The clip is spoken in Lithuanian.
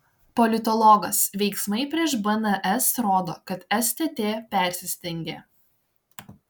politologas veiksmai prieš bns rodo kad stt persistengė